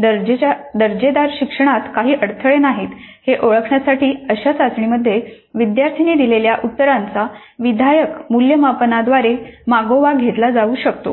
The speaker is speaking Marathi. दर्जेदार शिक्षणात काही अडथळे नाहीत हे ओळखण्यासाठी अशा चाचणीमध्ये विद्यार्थ्यांनी दिलेल्या उत्तरांचा विधायक मूल्यमापनाद्वारे मागोवा घेतला जाऊ शकतो